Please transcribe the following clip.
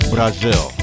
Brazil